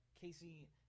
Casey –